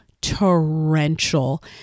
torrential